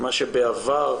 בעבר,